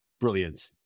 brilliant